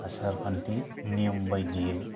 आसार खान्थि नियम बायदियै